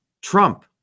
Trump